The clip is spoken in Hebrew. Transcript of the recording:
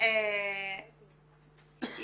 בעניין הזה.